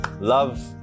Love